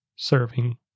serving